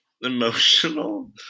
emotional